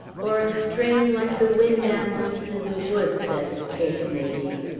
or a strain like the wind anthems in the woods, as the case may be.